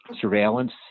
surveillance